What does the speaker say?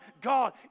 God